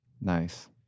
Nice